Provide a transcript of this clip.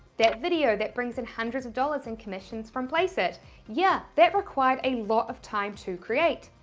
that video that brings in hundreds of dollars in commissions from placeit, yeah, that required a lot of time to create.